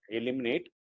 eliminate